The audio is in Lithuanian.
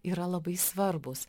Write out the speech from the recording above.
yra labai svarbūs